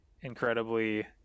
incredibly